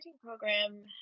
program